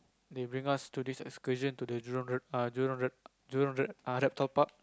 they bring us to this excursion to the Jurong Jurong Jurong err Reptile Park